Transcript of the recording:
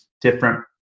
different